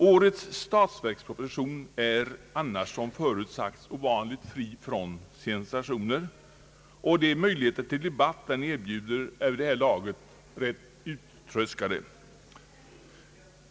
Årets statsverksproposition är, som förut sagts, ovanligt fri från sensationer, och de möjligheter till debatt den erbjuder är vid det här laget tämligen uttröskade.